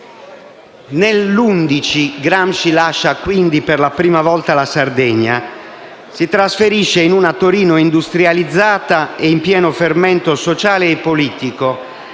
Nel 1911 Gramsci lascia per la prima volta la Sardegna e si trasferisce in una Torino industrializzata e in pieno fermento sociale e politico,